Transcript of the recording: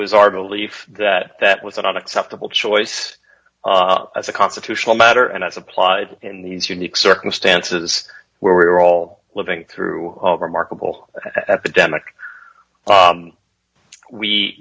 was our belief that that was an unacceptable choice as a constitutional matter and as applied in these unique circumstances where we're all living through remarkable